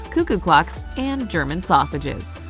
cuckoo clocks and german sausages.